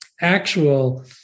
actual